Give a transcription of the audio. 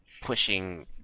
pushing